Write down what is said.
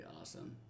awesome